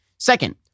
Second